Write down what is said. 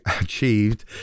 achieved